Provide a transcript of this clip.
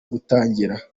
gutangira